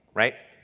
right?